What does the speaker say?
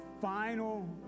final